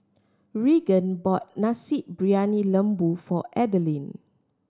Raegan bought Nasi Briyani Lembu for Adalynn